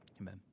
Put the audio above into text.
Amen